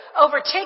overtake